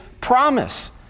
promise